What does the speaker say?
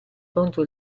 contro